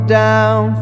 down